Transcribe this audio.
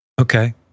Okay